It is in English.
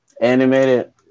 Animated